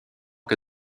que